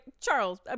Charles